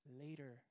later